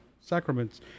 sacraments